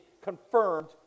confirmed